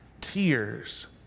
tears